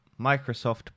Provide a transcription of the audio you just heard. Microsoft